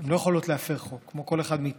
הן לא יכולות להפר חוק, כמו כל אחד מאיתנו.